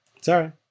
Sorry